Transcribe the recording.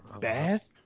Bath